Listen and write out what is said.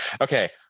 okay